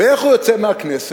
ואיך הוא יוצא מהכנסת,